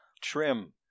Trim